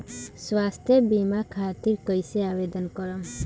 स्वास्थ्य बीमा खातिर कईसे आवेदन करम?